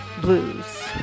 blues